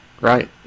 Right